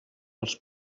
els